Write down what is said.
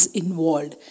involved